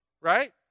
Right